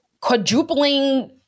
quadrupling